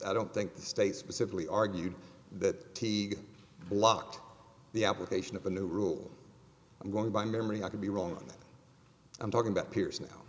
i don't think the state specifically argued that teague blocked the application of the new rule i'm going by memory i could be wrong and i'm talking about peers now